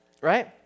right